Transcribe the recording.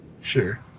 sure